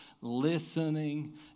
listening